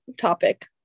topic